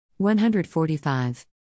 145